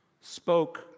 spoke